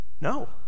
No